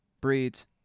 breeds